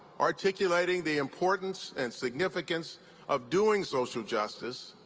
articulating the importance and significance of doing social justice